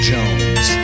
Jones